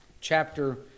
chapter